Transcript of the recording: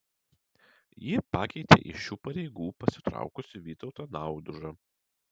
ji pakeitė iš šių pareigų pasitraukusi vytautą naudužą